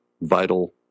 vital